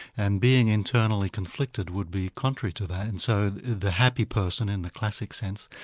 and being internally conflicted would be contrary to that. and so the the happy person in the classic sense,